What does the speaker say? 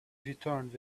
returned